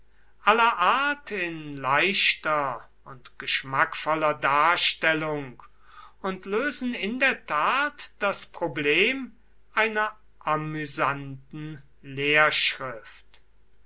aller art in leichter und geschmackvoller darstellung und lösen in der tat das problem einer amüsanten